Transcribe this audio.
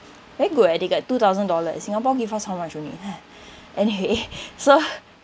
very good eh they got two thousand dollars singapore give us how much only anyway so